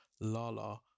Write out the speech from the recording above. Lala